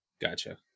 Gotcha